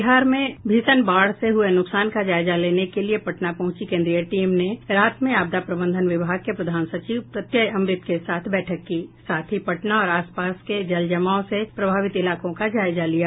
बिहार में भीषण बाढ़ से हुए नुकसान का जायजा लेने के लिए पटना पहुंची केन्द्रीय टीम ने रात में आपदा प्रबंधन विभाग के प्रधान सचिव प्रत्यय अमृत के साथ बैठक की साथ ही पटना और आस पास के जल जमाव से प्रभावित इलाकों का जायजा लिया